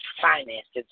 finances